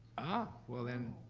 ah, well then,